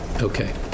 Okay